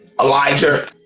Elijah